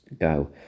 go